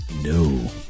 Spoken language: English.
no